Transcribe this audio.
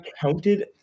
counted